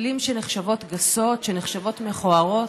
מילים שנחשבות גסות, שנחשבות מכוערות,